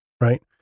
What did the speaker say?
right